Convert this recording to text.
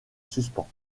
suspens